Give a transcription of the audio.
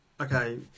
okay